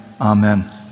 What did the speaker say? amen